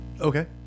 Okay